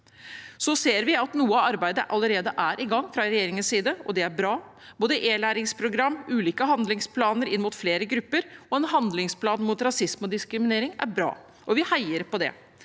Vi ser at noe av arbeidet allerede er i gang fra regjeringens side, og det er bra. Både e-læringsprogram, ulike handlingsplaner inn mot flere grupper og en handlingsplan mot rasisme og diskriminering er bra, og vi heier på det,